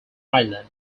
island